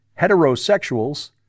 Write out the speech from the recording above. heterosexuals